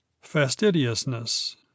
Fastidiousness